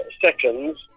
seconds